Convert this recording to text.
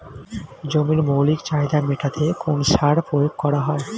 জমির মৌলিক চাহিদা মেটাতে কোন সার প্রয়োগ করা হয়?